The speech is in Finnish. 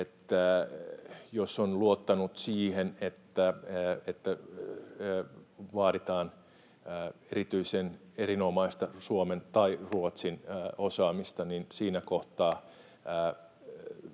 jos on luottanut siihen, että vaaditaan erityisen erinomaista suomen tai ruotsin osaamista, niin siinä kohtaa